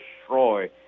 destroy